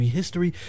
history